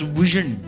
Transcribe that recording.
vision